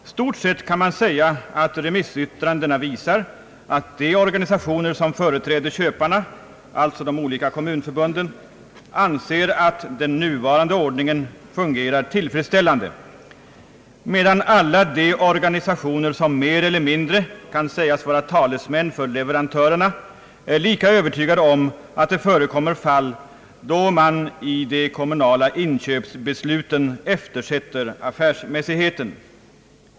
I stort sett kan man säga att remissyttrandena visar att de organisationer som företräder köparna, alltså de olika kommunförbunden, anser att den nuvarande ordningen fungerar tillfredsställande, medan alla de organisationer som mer eller mindre kan sägas vara talesmän för leverantörerna är lika övertygade om att det förekommer fall då man vid de kommunala inköpsbesluten eftersätter affärsmässigheten.